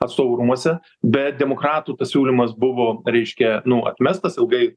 atstovų rūmuose bet demokratų tas pasiūlymas buvo reiškia nu atmestas ilgai